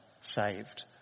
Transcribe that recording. saved